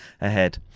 ahead